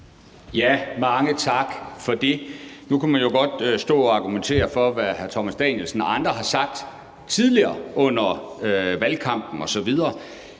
Mange tak for det. Nu kunne man jo godt stå og argumentere med, hvad hr. Thomas Danielsen og andre har sagt tidligere under valgkampen osv.,